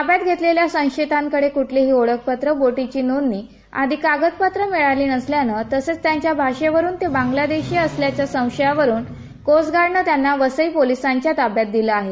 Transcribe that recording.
ताब्यात घेतलेल्या संशयितांकडे कुठलीही ओळखपत्रं बोटींची नोंदणी आदी कागदपत्रं मिळाली नसल्यानं तसंच त्यांच्या भाषेवरून ते बांगलादेशीय असल्याच्या संशयावरून कोस्टगार्डनं त्यांना वसई पोलीसांच्या ताब्यात दिलं आहे